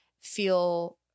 feel